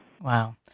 Wow